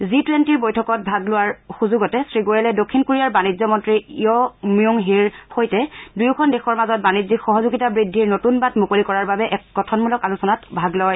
G টুৱেণ্টিৰ বৈঠকত ভাগ লোৱাৰ সুযোগতে শ্ৰীগোৱেলে দক্ষিণ কোৰিয়াৰ বাণিজ্য মন্ত্ৰী য় য়ুংহিৰ সৈতে দুয়োখন দেশৰ মাজত বাণিজ্যিক সহযোগিতা বৃদ্ধিৰ নতুন বাট মুকলি কৰাৰ বাবে এক গঠনমূলক আলোচনাত ভাগ লয়